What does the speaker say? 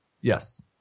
Yes